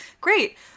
great